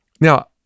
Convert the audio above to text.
Now